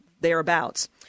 thereabouts